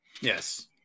Yes